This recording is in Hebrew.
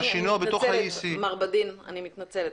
מר בדין, אני מתנצלת.